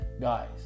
Guys